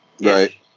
Right